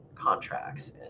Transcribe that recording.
contracts